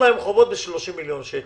ב-30 מיליון שקל.